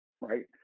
right